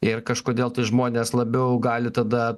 ir kažkodėl tie žmonės labiau gali tada